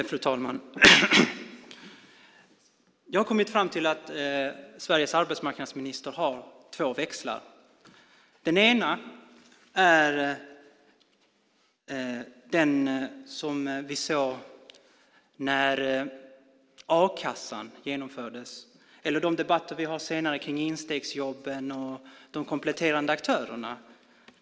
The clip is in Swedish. Fru talman! Jag har kommit fram till att Sveriges arbetsmarknadsminister har två växlar. Den ena fick vi se när förändringarna i a-kassan genomfördes eller i de senare debatterna om instegsjobben och de kompletterande aktörerna.